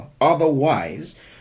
Otherwise